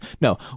No